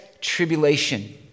tribulation